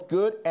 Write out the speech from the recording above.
good